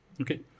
Okay